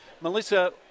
Melissa